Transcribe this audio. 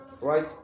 Right